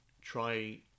try